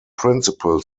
principal